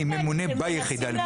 אני ממונה ביחידה.